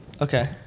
Okay